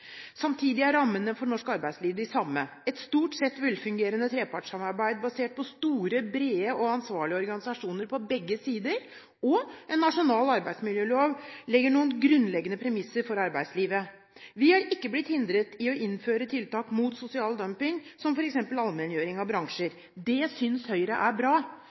Samtidig er rammene for norsk arbeidsliv de samme: Et stort sett velfungerende trepartssamarbeid basert på store, brede og ansvarlige organisasjoner på begge sider, og en nasjonal arbeidsmiljølov legger noen grunnleggende premisser for arbeidslivet. Vi har ikke blitt hindret i å innføre tiltak mot sosial dumping, som f.eks. allmenngjøring av bransjer. Det synes Høyre er bra.